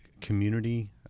community